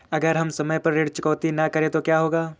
अगर हम समय पर ऋण चुकौती न करें तो क्या होगा?